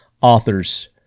authors